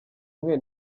mwe